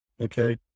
Okay